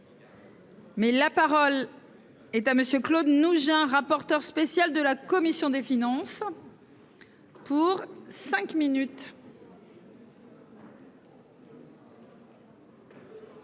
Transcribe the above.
Mais la parole est à monsieur Claude nous un rapporteur spécial de la commission des finances. Pour cinq minutes.